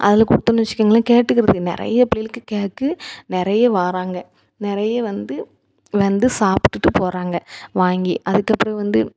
அதில் கொடுத்தோம்னு வச்சிங்களேன் கேட்டுக்கிருக்குது நிறைய பிள்ளைகளுக்கு கேக்கு நிறைய வாராங்க நிறைய வந்து வந்து சாப்டுவிட்டு போகிறாங்க வாங்கி அதுக்குப்பிறகு வந்து